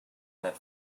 that